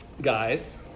guys